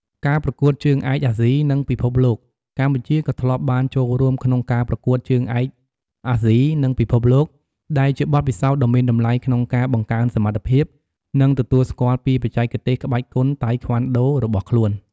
ការប្រកួតជើងឯកអាស៊ី និងពិភពលោក កម្ពុជាក៏ធ្លាប់បានចូលរួមក្នុងការប្រកួតជើងឯកអាស៊ី និងពិភពលោក ដែលជាបទពិសោធន៍ដ៏មានតម្លៃក្នុងការបង្កើនសមត្ថភាព និងទទួលស្គាល់ពីបច្ចេកទេសក្បាច់គុនតៃក្វាន់ដូរបស់ខ្លួន។